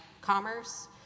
commerce